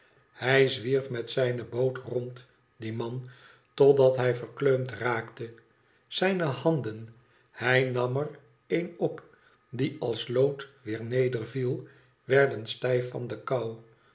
hij zwierf met zijne boot rond die man totdat hij verkleumd raakte zijne handen hij nam er een op die als lood weer nederviel i werden stijf van de kou